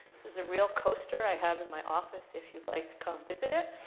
this is a real coaster i have in my office, if you'd like to come visit it.